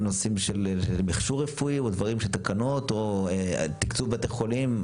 על נושאים של מכשור רפואי או דברים של תקנות או תקצוב בתי חולים.